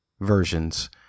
versions